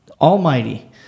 Almighty